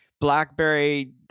blackberry